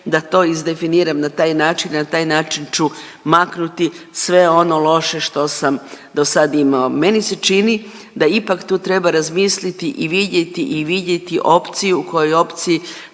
da to izdefiniram na taj način, na taj način ću maknuti sve ono loše što sam dosad imao. Meni se čini da ipak tu treba razmisliti i vidjeti i vidjeti opciju, u kojoj opciji